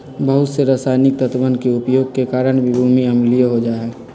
बहुत से रसायनिक तत्वन के उपयोग के कारण भी भूमि अम्लीय हो जाहई